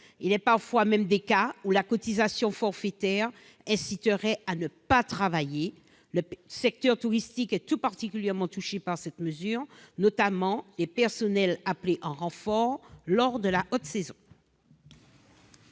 Il existe même des cas où la cotisation forfaitaire inciterait à ne pas travailler. Le secteur touristique est tout particulièrement touché par cette mesure, notamment les personnels appelés en renfort lors de la haute saison.